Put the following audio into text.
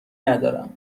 ندارم